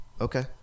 Okay